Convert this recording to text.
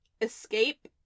escape